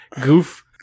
goof